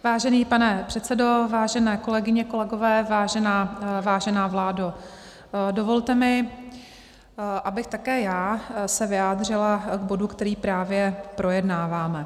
Vážený pane předsedo, vážené kolegyně, kolegové, vážená vládo, dovolte mi, abych také já se vyjádřila k bodu, který právě projednáváme.